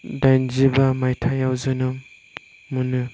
दाइनजिबा मायथाइयाव जोनोम मोनो